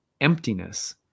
emptiness